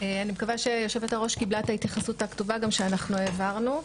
אני מקווה שיושבת הראש קיבלה את ההתייחסות הכתובה שאנחנו העברנו.